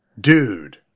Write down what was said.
Dude